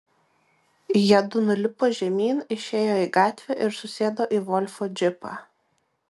jiedu nulipo žemyn išėjo į gatvę ir susėdo į volfo džipą